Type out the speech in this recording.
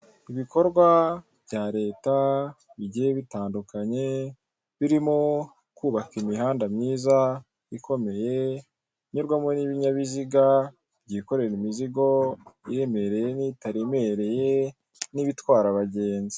Ibikorwa bya leta bigiye bitandukanye, birimo kubaka imihanda myiza ikomeye inyurwamo n'ibinyabiziga byikorera imizigo iremereye n'itaremereye n'ibitwara abagenzi.